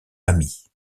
amis